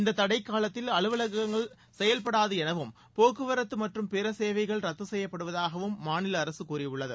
இந்த தடை காலத்தில் அலுவலகங்கள் செயல்படாது எனவும் போக்குவரத்து மற்றும் பிறசேவைசகள் ரத்து செய்யப்படுவதாகவும் மாநில அரசு கூறியுள்ளது